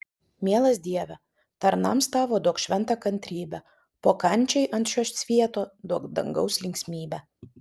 mielas dieve tarnams tavo duok šventą kantrybę po kančiai ant šio svieto duok dangaus linksmybę